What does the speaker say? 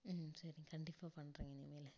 ம் சரி கண்டிப்பாக பண்ணுறேங்க இனிமேல்